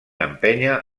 empènyer